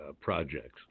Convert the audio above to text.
projects